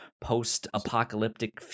post-apocalyptic